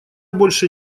больше